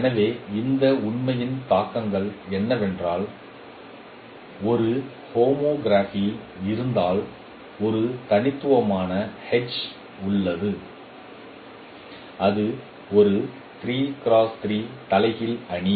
எனவே இந்த உண்மையின் தாக்கங்கள் என்னவென்றால் ஒரு ஹோமோகிராபி இருந்தால் ஒரு தனித்துவமான H உள்ளது அது ஒரு தலைகீழ் அணி